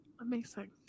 Amazing